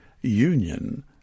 union